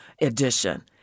edition